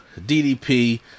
DDP